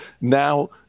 now